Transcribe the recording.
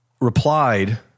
replied